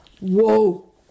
Whoa